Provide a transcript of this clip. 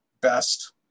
best